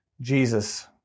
Jesus